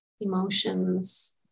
emotions